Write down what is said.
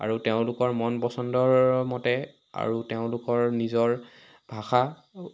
আৰু তেওঁলোকৰ মন পচন্দৰ মতে আৰু তেওঁলোকৰ নিজৰ ভাষা